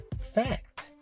fact